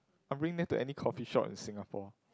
I'll bring them to any coffee shop in Singapore